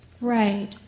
Right